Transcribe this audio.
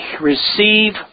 receive